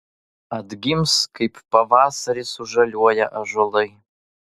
atgims kaip pavasarį sužaliuoja ąžuolai